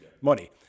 money